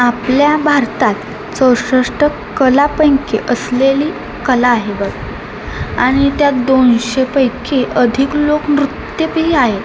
आपल्या भारतात चौसष्ट कलांपैकी असलेली कला आहे बघ आणि त्यात दोनशेपैकी अधिक लोकनृत्य प्रिय आहे